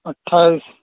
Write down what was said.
اٹّھائیس